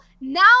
now